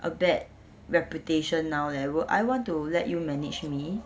a bad reputation now leh will I want to let you manage me